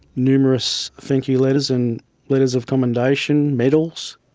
numerous thank-you letters and letters of commendation, medals.